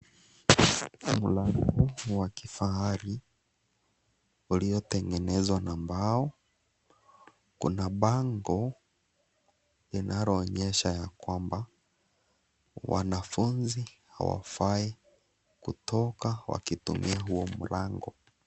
Mlango wa kifahari uliotengenezwa na mbao. Kuna bango linaloonyesha ya kwamba, wanafunzi hawafai kutoka wakitumia huo mlango.